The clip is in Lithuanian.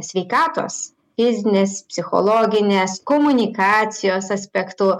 sveikatos fizinės psichologinės komunikacijos aspektu